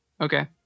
Okay